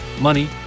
money